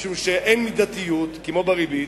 משום שאין מידתיות, כמו בריבית,